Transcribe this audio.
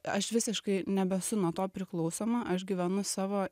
aš visiškai nebesu nuo to priklausoma aš gyvenu savo